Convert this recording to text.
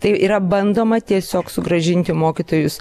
tai yra bandoma tiesiog sugrąžinti mokytojus